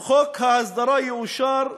אם חוק ההסדרה יאושר,